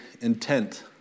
intent